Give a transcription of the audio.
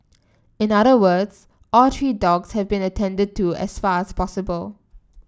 in other words all three dogs have been attended to as far as possible